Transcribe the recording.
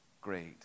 great